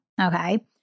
Okay